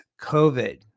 COVID